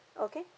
okay